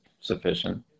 sufficient